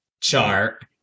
chart